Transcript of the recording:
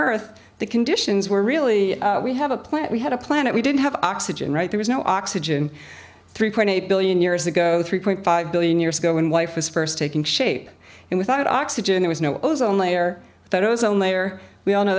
earth the conditions were really we have a planet we had a planet we didn't have oxygen right there was no oxygen three point eight billion years ago three point five billion years ago when life was first taking shape and without oxygen there was no ozone layer that ozone layer we all know